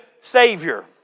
Savior